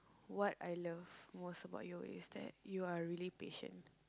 what I love most about you is that you're really patient